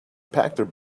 packed